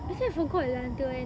actually I forgot lah until when